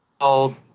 called